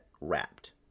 wrapped